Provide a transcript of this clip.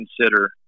consider